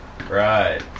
right